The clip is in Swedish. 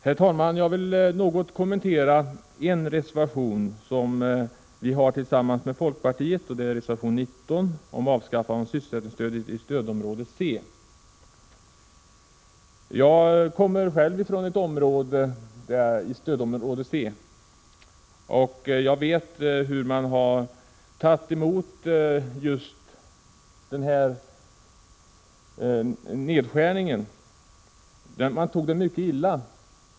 Herr talman! Jag vill något kommentera en reservation som vi har tillsammans med folkpartiet. Det gäller reservation nr 19 om avskaffande av sysselsättningsstödet i stödområde C. Jag kommer själv ifrån ett område inom stödområde C, och jag vet hur man har tagit emot denna nedskärning. Man tog det mycket illa.